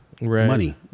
Money